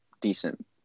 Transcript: decent